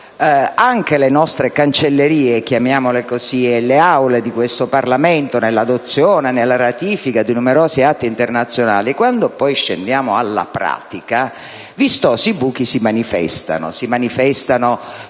anche le nostre cancellerie (chiamiamole così) e le Aule di questo Parlamento nell'adozione, nella ratifica di numerosi atti internazionali, quando poi scendiamo alla pratica vistosi buchi si manifestano. Si manifestano